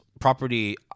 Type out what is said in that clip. property